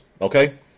okay